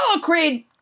Creed